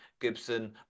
Gibson